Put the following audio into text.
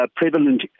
prevalent